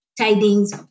tidings